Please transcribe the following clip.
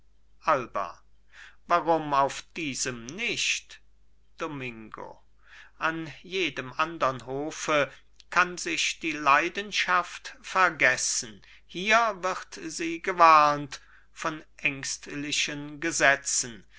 alba warum auf diesem nicht domingo an jedem andern hofe kann sich die leidenschaft vergessen hier wird sie gewarnt von ängstlichen gesetzen